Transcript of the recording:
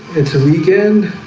it's a weekend.